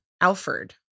Alfred